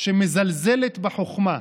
שמזלזלת בחוכמה,